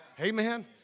Amen